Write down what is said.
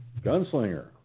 Gunslinger